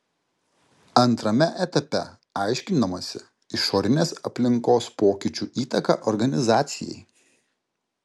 antrame etape aiškinamasi išorinės aplinkos pokyčių įtaka organizacijai